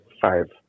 five